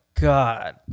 god